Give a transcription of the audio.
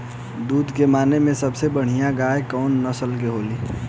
दुध के माने मे सबसे बढ़ियां गाय कवने नस्ल के होली?